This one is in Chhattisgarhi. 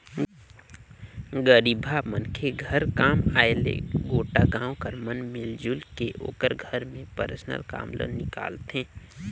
गरीबहा मनखे घर काम आय ले गोटा गाँव कर मन मिलजुल के ओकर घर में परल काम ल निकालथें